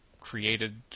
created